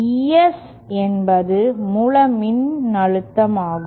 ES என்பது மூல மின்னழுத்தமாகும்